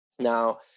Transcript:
Now